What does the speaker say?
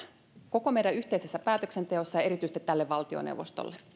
koko meidän yhteisessä päätöksenteossamme ja erityisesti tälle valtioneuvostolle